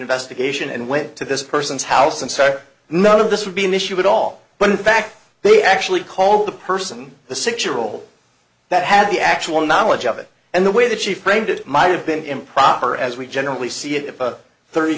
investigation and went to this person's house and said none of this would be an issue at all when in fact they actually call the person the six year old that had the actual knowledge of it and the way that she framed it might have been improper as we generally see if a thirty